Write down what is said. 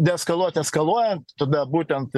deeskaluot eskaluojant tada būtent